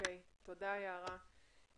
תודה יערה.